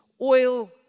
oil